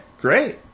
great